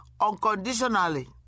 unconditionally